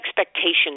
expectations